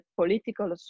political